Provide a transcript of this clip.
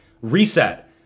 reset